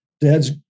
dads